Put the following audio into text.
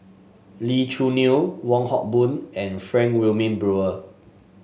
Lee Choo Neo Wong Hock Boon and Frank Wilmin Brewer